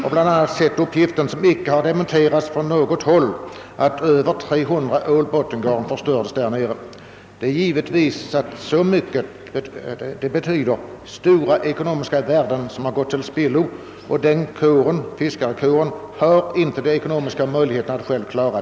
a. har jag sett uppgifter — som icke dementerats på något håll — om att över 300 ålbottengarn skulle ha förstörts. Detta betyder att stora ekonomiska värden gått till spillo, och medlemmarna av fiskarkåren har icke ekonomiska resurser att bära dessa förluster.